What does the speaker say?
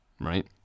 right